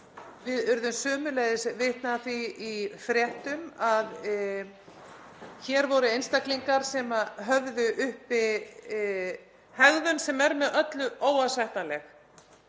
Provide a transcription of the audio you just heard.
Við urðum sömuleiðis vitni að því í fréttum að hér voru einstaklingar sem höfðu uppi hegðun sem er með öllu óásættanleg.